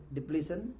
Depletion